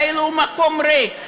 כאילו הוא מקום ריק.